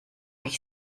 ich